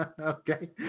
Okay